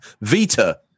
Vita